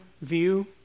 view